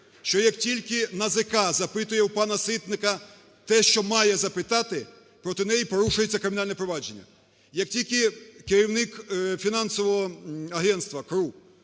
що як тільки НАЗК запитує у пана Ситника те, що має запитати, проти неї порушується кримінальне провадження. Як тільки керівник фінансового агентства КРУ